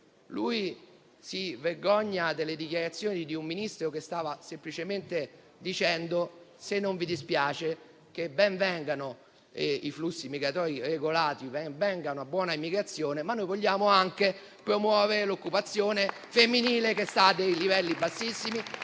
lei si vergogna delle dichiarazioni di un Ministro che stava semplicemente dicendo che ben vengano i flussi migratori regolati e la buona immigrazione, ma che si vuole anche promuovere l'occupazione femminile che è a livelli bassissimi